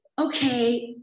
okay